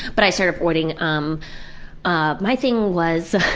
but i started avoiding. um ah my thing was.